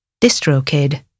DistroKid